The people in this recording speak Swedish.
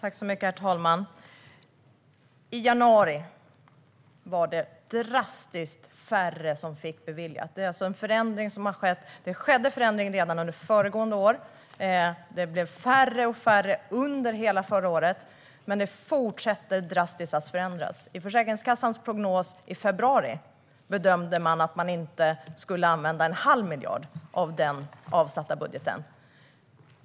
Herr talman! I januari var det drastiskt färre som fick ersättning beviljad. Det är en förändring som har skett. Det skedde en förändring redan under föregående år. Det blev färre och färre under hela förra året, men det fortsätter att drastiskt förändras. I Försäkringskassans prognos i februari bedömde man att man inte skulle använda en halv miljard av den avsatta budgeten.